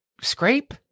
scrape